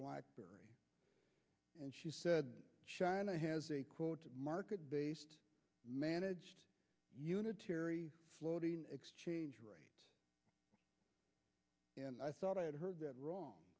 blackberry and she said china has a quote market managed unitary floating exchange rate and i thought i had heard that wrong